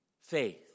Faith